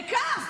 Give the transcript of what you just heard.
ריקה.